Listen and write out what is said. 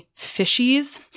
fishies